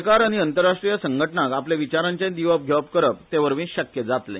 सरकार आनी अंतरराष्ट्रीय संघटनांक आपले विचारांचे दिवप घेवप करप तेवरवी शक्य जातले